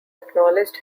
acknowledged